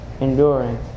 enduring